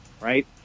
right